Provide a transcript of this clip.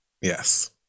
Yes